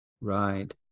Right